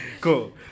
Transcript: Cool